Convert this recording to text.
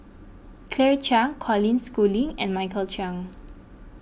Claire Chiang Colin Schooling and Michael Chiang